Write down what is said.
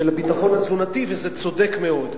של הביטחון התזונתי, וזה צודק מאוד.